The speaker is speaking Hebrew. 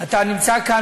אתה לא